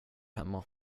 hemma